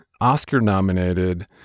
Oscar-nominated